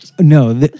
No